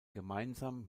gemeinsam